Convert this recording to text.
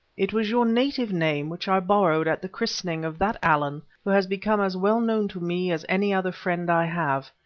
it was your native name which i borrowed at the christening of that allen who has become as well known to me as any other friend i have.